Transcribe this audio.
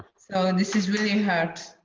so this is really hard.